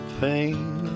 pain